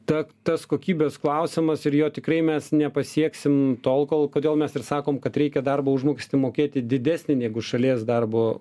ta tas kokybės klausimas ir jo tikrai mes nepasieksim tol kol kodėl mes ir sakom kad reikia darbo užmokestį mokėti didesnį negu šalies darbo